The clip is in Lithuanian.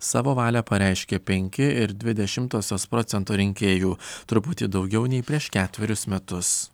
savo valią pareiškė penki ir dvi dešimtosios procento rinkėjų truputį daugiau nei prieš ketverius metus